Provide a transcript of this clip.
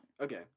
Okay